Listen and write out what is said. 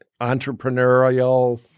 entrepreneurial